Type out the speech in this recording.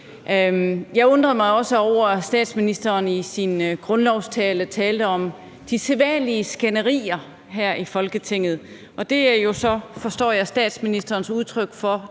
Jeg undrede mig også over, at statsministeren i sin grundlovstale talte om de sædvanlige skænderier her i Folketinget, og det er jo så, forstår jeg, statsministerens udtryk for